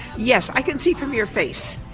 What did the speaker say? yes, i can see from your face.